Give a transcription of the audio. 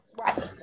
Right